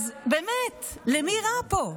אז באמת, למי רע פה?